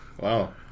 Wow